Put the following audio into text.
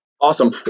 Awesome